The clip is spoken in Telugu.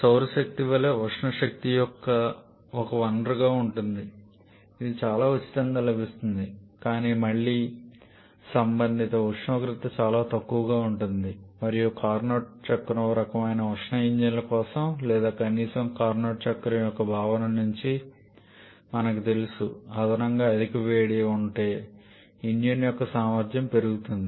సౌరశక్తి వలె ఉష్ణ శక్తి యొక్క ఒక వనరుగా ఉంటుంది ఇది చాలా ఉచితంగా లభిస్తుంది కానీ మళ్ళీ సంబంధిత ఉష్ణోగ్రత చాలా తక్కువగా ఉంటుంది మరియు కార్నోట్ చక్రం రకమైన ఉష్ణ ఇంజిన్ల కోసం లేదా కనీసం కార్నోట్ చక్రం యొక్క భావన నుండి మనకు తెలుసు అదనంగా అధిక వేడి ఉంటే ఇంజిన్ యొక్క సామర్థ్యం పెరుగుతుంది